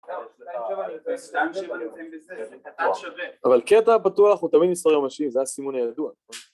אבל קטע פתוח, הוא תמיד מספרים ממשיים, זה הסימון הידוע